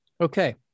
Okay